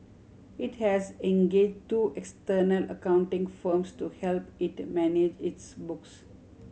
it has engage two external accounting firms to help it manage its books